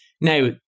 Now